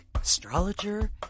astrologer